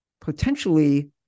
potentially